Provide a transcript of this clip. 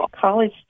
college